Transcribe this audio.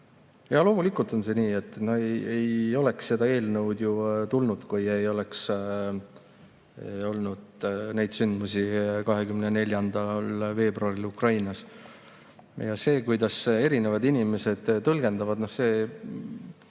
Jaa, loomulikult on see nii. Ei oleks seda eelnõu tulnud, kui ei oleks olnud neid sündmusi 24. veebruaril Ukrainas. See, kuidas erinevad inimesed neid tõlgendavad, on